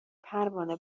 پروانه